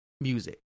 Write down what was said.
music